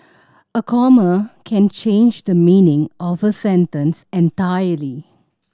a comma can change the meaning of a sentence entirely